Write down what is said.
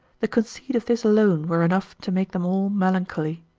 the conceit of this alone were enough to make them all melancholy.